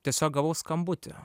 tiesiog gavau skambutį